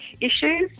issues